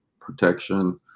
protection